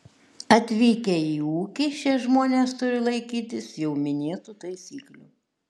atvykę į ūkį šie žmonės turi laikytis jau minėtų taisyklių